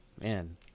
Man